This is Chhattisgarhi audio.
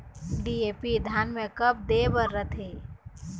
डी.ए.पी धान मे कब दे बर रथे?